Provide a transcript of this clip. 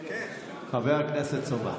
חבר הכנסת סובה.